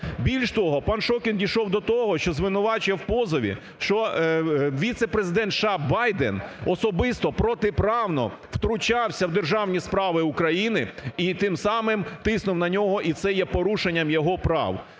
Більше того, пан Шокін дійшов до того, що звинувачує в позові, що віце-президент США Байден особисто протиправно втручався в державні справи України і тим самим тиснув на нього, і це є порушенням його прав.